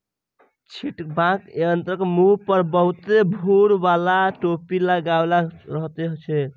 छिटबाक यंत्रक मुँह पर बहुते भूर बाला टोपी लगाओल रहैत छै